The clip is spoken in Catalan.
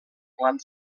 clan